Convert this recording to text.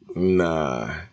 Nah